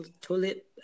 toilet